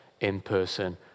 in-person